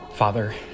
Father